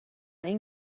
این